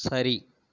சரி